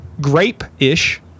grape-ish